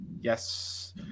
Yes